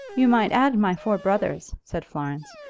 you might add my four brothers, said florence,